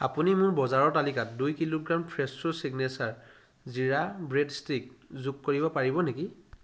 আপুনি মোৰ বজাৰৰ তালিকাত দুই kilogram Fresho signature jeera bread stick যোগ কৰিব পাৰিব নেকি